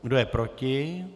Kdo je proti?